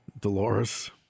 Dolores